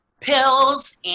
pills